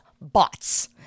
bots